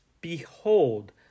Behold